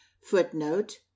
Footnote